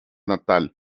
natal